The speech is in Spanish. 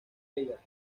ella